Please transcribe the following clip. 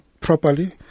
properly